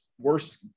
worst